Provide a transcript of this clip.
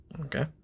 Okay